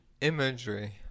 imagery